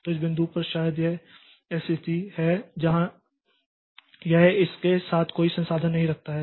तो इस बिंदु पर शायद यह ऐसी स्थिति है जहां यह इसके साथ कोई संसाधन नहीं रखता है